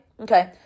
Okay